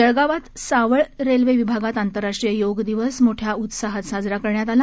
जळगावात सावळ रेल्वे विभागात आंतरराष्ट्रीय योग दिवस मोठ्या उत्साहात साजरा करण्यात आला